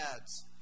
ads